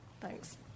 Thanks